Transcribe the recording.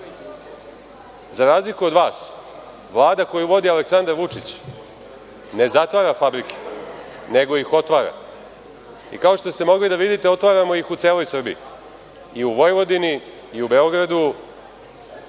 razliku od vas, Vlada koju vodi Aleksandar Vučić ne zatvara fabrike, nego ih otvara. Kao što ste mogli da vidite, otvaramo ih u celoj Srbiji, i u Vojvodini, i u Beogradu,